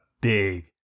big